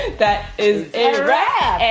that is a wrap,